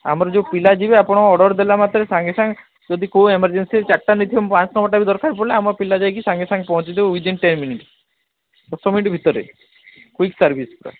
ଆମର ଯୋଉ ପିଲା ଯିବେ ଆପଣ ଅର୍ଡର୍ ଦେଲା ମାତ୍ରେ ସାଙ୍ଗେ ସାଙ୍ଗେ ଯଦି କୋଉ ଏମର୍ଜେନ୍ସିରେ ଚାରିଟା ନେଇଥିବେ ପାଞ୍ଚ ନମ୍ବର୍ଟା ବି ଦରକାର ପଡ଼ିଲେ ଆମ ପିଲା ଯାଇକି ସାଙ୍ଗେ ସାଙ୍ଗେ ପହଞ୍ଚି ଯିବେ ୱିଦିନ୍ ଟେନ୍ ମିନିଟ୍ସ୍ ଦଶ ମିନିଟ୍ ଭିତରେ କୁଇକ୍ ସର୍ଭିସ୍ ପୁରା